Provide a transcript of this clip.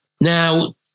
Now